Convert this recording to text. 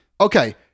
Okay